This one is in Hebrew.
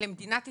למדינת ישראל,